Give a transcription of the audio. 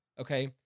okay